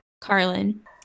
Carlin